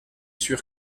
sûr